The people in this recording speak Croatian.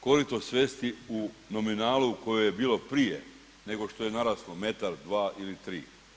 Korito svesti u nominalu u kojoj je bilo prije nego što je naraslo metar, dva ili tri.